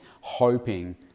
hoping